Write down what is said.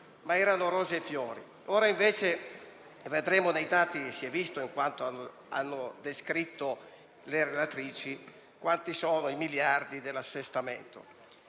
- erano rose e fiori; ora invece vedremo dai dati - come si è visto da quanto hanno descritto le relatrici - quanti sono i miliardi dell'assestamento.